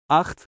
acht